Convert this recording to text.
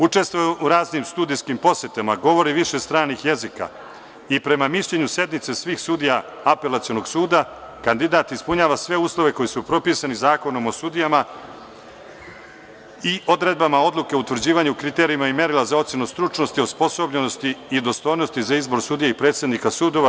Učestvovao je u raznim sudijskim posetama, govori više stranih jezika i prema mišljenju sednice svih sudija Apelacijonog suda, kandidat ispunjava sve uslove koji su propisani Zakonom o sudijama i odredbama Odluke o utvrđivanju kriterijuma i merila za ocenu stručnosti, osposobljenosti i dostojnosti za izbor sudije i predsednika sudova.